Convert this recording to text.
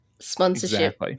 sponsorship